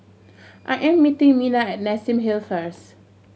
I am meeting Mina at Nassim Hill first